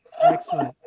Excellent